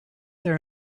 there